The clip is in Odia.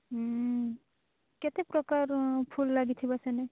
ହୁଁ କେତେ ପ୍ରକାରର ଫୁଲ୍ ଲାଗିଥିବ ସେନେ